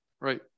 right